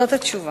זאת התשובה.